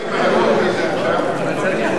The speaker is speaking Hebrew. רבותי, למה הממשלה הסכימה לדון בזה עכשיו?